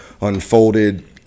unfolded